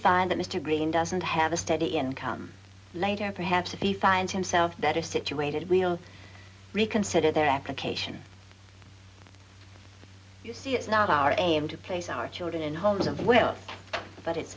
find that mr greene doesn't have a steady income later on perhaps if he finds himself better situated we'll reconsider their application you see it's not our aim to place our children in homes of wealth but it's